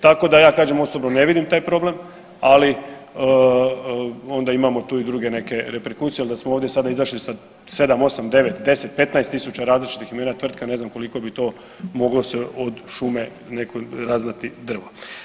Tako da ja kažem osobno ne vidim taj problem, ali onda imamo tu i druge neke reperkusije, ali dan smo ovdje sada izašli sa 7, 8, 9, 10, 15 tisuća različitih imena tvrtka ne znam koliko bi to moglo od šume nekoliko razbrati drvo.